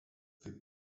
taip